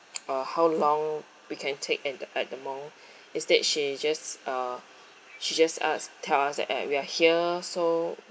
uh how long we can take and the at the mall instead she just uh she just us tell us that eh we are here so